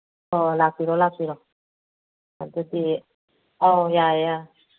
ꯑꯣ ꯂꯥꯛꯄꯤꯔꯣ ꯂꯥꯛꯄꯤꯔꯣ ꯑꯗꯨꯗꯤ ꯑꯥꯎ ꯌꯥꯔꯦ ꯌꯥꯔꯦ